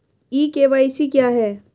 ई KYC क्या है?